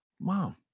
Mom